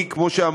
אני, כמו שאמרתי,